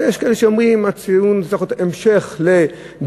ויש כאלה שאומרים: הציון צריך להיות המשך לדרבון,